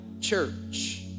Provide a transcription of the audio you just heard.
church